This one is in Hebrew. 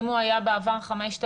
אם הוא היה בעבר 5,000,